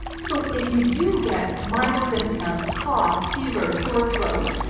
so if you do get mild symptoms cough, fever, sore throat.